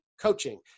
coaching